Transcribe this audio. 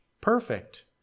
perfect